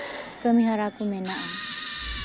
ᱠᱟᱹᱢᱤᱦᱚᱨᱟ ᱠᱚ ᱢᱮᱱᱟᱜᱼᱟ